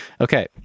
Okay